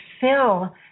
fill